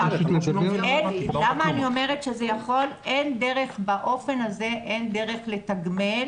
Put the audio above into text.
באופן הזה אין דרך לתגמל